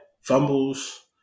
Fumbles